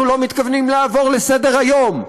אנחנו לא מתכוונים לעבור לסדר-היום,